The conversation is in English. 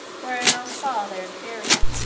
wherein i was far their inferior,